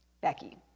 Becky